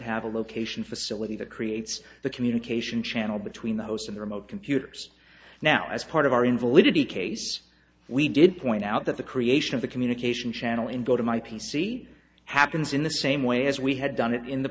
have a location facility that creates the communication channel between the host of the remote computers now as part of our invalidity case we did point out that the creation of the communication channel in go to my p c happens in the same way as we had done it in the